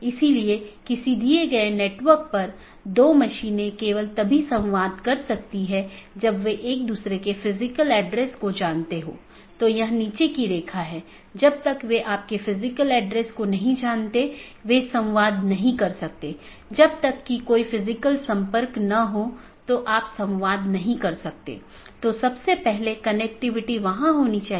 इसलिए हमारा मूल उद्देश्य यह है कि अगर किसी ऑटॉनमस सिस्टम का एक पैकेट किसी अन्य स्थान पर एक ऑटॉनमस सिस्टम से संवाद करना चाहता है तो यह कैसे रूट किया जाएगा